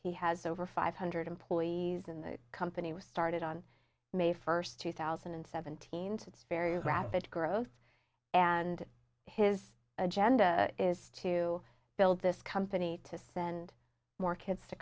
he has over five hundred employees in the company was started on may first two thousand and seventeen it's very rapid growth and his agenda is to build this company to spend more kids to